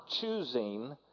choosing